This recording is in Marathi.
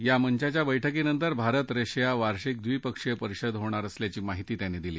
या मंचाच्या बैठकीनंतर भारत रशिया वार्षिक ब्रीपक्षीय परिषद होणार असल्याची माहिती त्यांनी दिली